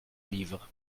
livre